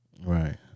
Right